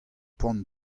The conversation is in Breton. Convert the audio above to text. poan